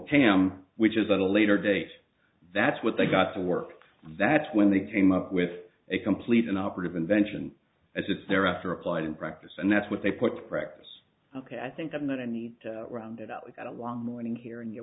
cam which is on a later date that's what they got to work that's when they came up with a complete inoperative invention as if they're after applied in practice and that's what they put to practice ok i think i'm going to need to round it out we got a long morning here and you